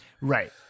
right